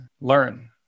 learn